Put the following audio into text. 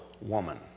woman